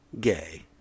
gay